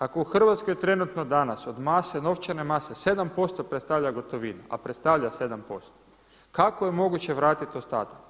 Ako u Hrvatskoj trenutno danas od mase, novčane mase 7% predstavlja gotovina, a predstavlja 7% kako je moguće vratiti ostatak.